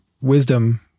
wisdom